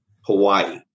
Hawaii